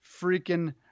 freaking